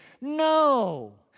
No